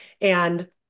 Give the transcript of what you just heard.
And-